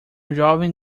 jovem